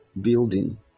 building